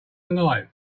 alive